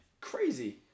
crazy